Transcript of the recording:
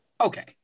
Okay